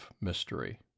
Mystery